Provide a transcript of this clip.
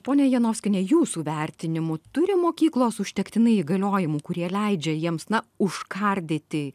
ponia janovskiene jūsų vertinimu turi mokyklos užtektinai įgaliojimų kurie leidžia jiems na užkardyti